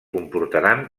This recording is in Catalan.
comportaran